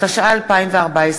התשע"ה 2014,